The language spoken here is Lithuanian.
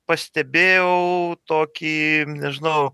pastebėjau tokį nežinau